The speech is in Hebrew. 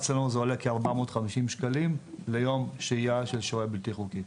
אצלנו זה עולה כ-450 שקלים ליום שהייה של שוהה בלתי חוקי,